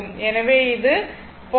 எனவே இது 0